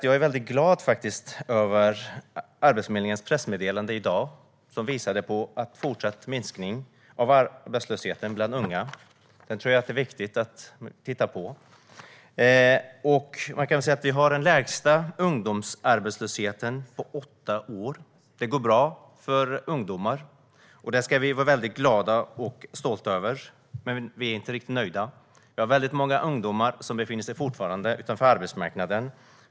Jag är glad över Arbetsförmedlingens pressmeddelande i dag, som visar på en fortsatt minskning av arbetslösheten bland unga. Det tror jag är viktigt att titta på. Vi har nu den lägsta ungdomsarbetslösheten på åtta år. Det går bra för ungdomar, och det ska vi vara glada och stolta över. Men vi är inte riktigt nöjda. Vi har väldigt många unga som fortfarande befinner sig utanför arbetsmarknaden.